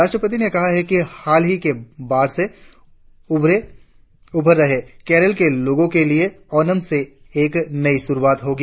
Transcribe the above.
राष्ट्रपति ने कहा कि हाल की बाढ़ से उबर रहे केरल के लोगो के लिए ओणम से एक नई शुरुआत होगी